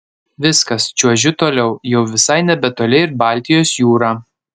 viskas čiuožiu toliau jau visai nebetoli ir baltijos jūra